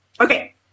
Okay